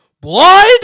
Blood